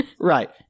Right